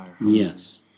Yes